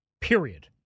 Period